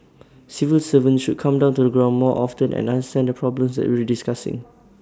civil servants should come down to the ground more often and understand the problems that we're discussing